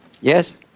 Yes